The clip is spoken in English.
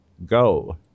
Go